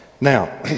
Now